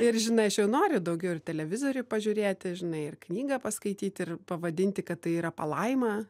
ir žinai aš jau noriu daugiau ir televizorių pažiūrėti žinai ir knygą paskaityti ir pavadinti kad tai yra palaima